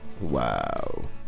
Wow